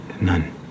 None